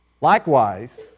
Likewise